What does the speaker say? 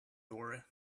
door